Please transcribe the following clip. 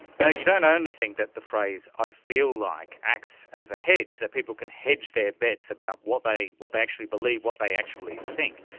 now, you don't only think that the phrase i feel like acts as a hedge, that people can hedge their bets about what they what they actually believe, what they actually think,